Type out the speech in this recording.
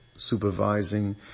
supervising